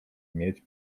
mieć